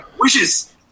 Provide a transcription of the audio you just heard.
wishes